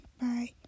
bye